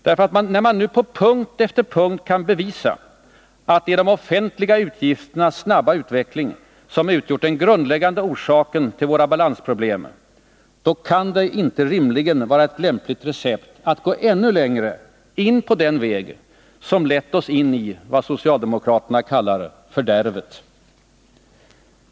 När man nu på punkt efter punkt kan bevisa att det är de offentliga utgifternas snabba utveckling som har utgjort den grundläggande orsaken till våra balansproblem, då kan det inte rimligen vara ett lämpligt recept att gå ännu längre in på den väg som har lett oss in i vad socialdemokraterna kallar ”fördärvet”.